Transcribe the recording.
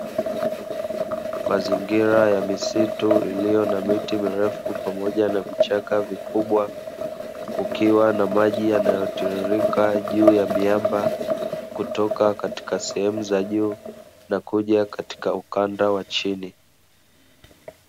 Mazingira ya misitu iliyo na miti mirefu pamoja na vichaka vikubwa, kukiwa na maji yanayotiririka juu ya miamba kutoka katika sehemu za juu na kuja katika ukanda wa chini.